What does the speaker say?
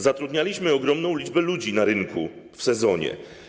Zatrudnialiśmy ogromną liczbę ludzi na rynku w sezonie.